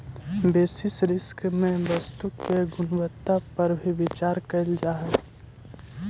basis risk में वस्तु के गुणवत्ता पर भी विचार कईल जा हई